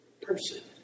person